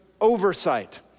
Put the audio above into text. oversight